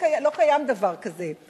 לא קיים דבר כזה.